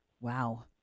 Wow